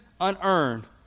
unearned